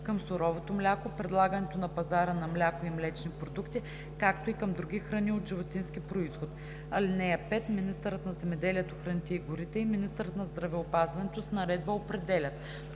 към суровото мляко, предлагането на пазара на мляко и млечни продукти, както и към други храни от животински произход. (5) Министърът на земеделието, храните и горите и министърът на здравеопазването с наредба определят: